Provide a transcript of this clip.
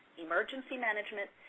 emergency management,